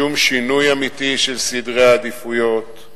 שום שינוי אמיתי של סדרי עדיפויות,